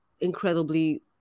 incredibly